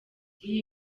iyi